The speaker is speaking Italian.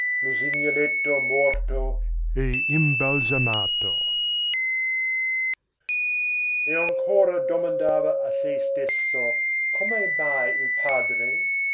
tomba l'usignoletto morto e imbalsamato e ancora domandava a se stesso come mai il padre